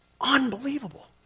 Unbelievable